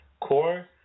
core